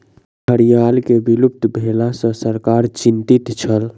घड़ियाल के विलुप्त भेला सॅ सरकार चिंतित छल